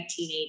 1980